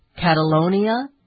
Catalonia